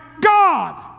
God